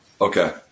Okay